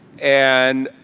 and,